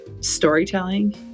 storytelling